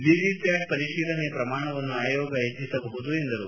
ವಿವಿಪ್ಲಾಟ್ ಪರಿಶೀಲನೆಯ ಶ್ರಮಾಣವನ್ನು ಆಯೋಗ ಹೆಚ್ಚಿಸಬಹುದು ಎಂದರು